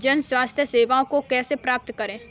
जन स्वास्थ्य सेवाओं को कैसे प्राप्त करें?